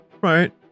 Right